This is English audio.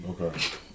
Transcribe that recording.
Okay